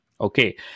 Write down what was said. Okay